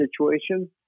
situation